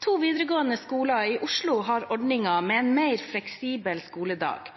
To videregående skoler i Oslo har ordninger med en mer fleksibel skoledag.